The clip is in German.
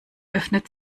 öffnet